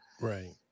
Right